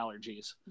allergies